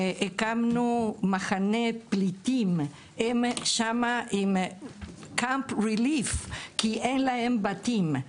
הקמנו מחנה פליטים שהם נמצאים שמה עם Camp Relief כי אין להם בתים.